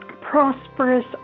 prosperous